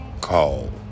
call